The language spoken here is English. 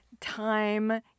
time